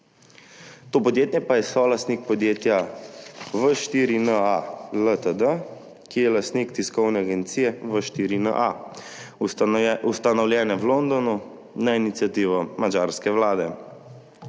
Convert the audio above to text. To podjetje pa je solastnik podjetja V4NA Ltd., ki je lastnik tiskovne agencije V4NA, ustanovljene v Londonu na iniciativo madžarske vlade.